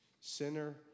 sinner